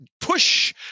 push